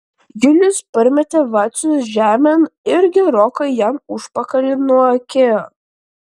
julius parmetė vacių žemėn ir gerokai jam užpakalį nuakėjo